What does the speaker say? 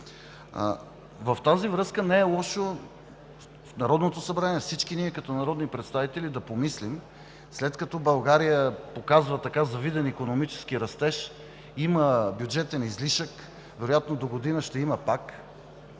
с това не е лошо в Народното събрание всички ние като народни представители да помислим, след като България показва завиден икономически растеж, има бюджетен излишък, вероятно догодина ще има пак,